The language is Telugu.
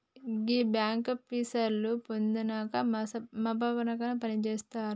గీ బాంకాపీసర్లు పొద్దనక మాపనక పనిజేత్తరు